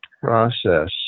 process